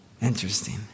Interesting